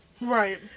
Right